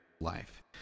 life